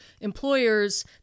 employers